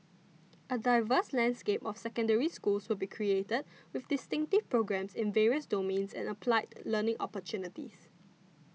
a diverse landscape of Secondary Schools will be created with distinctive programmes in various domains and applied learning opportunities